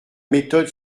méthode